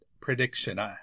prediction